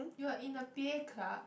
you are in the p_a club